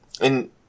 And-